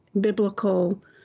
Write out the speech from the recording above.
biblical